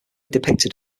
depicted